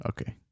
Okay